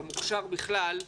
בכלל במוכשר,